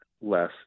Less